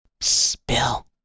Spill